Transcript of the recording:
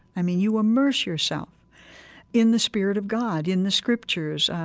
i mean, you immerse yourself in the spirit of god, in the scriptures,